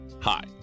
Hi